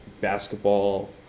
basketball